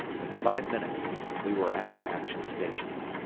in five minutes we were at our action stations.